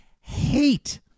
hate